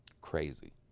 Crazy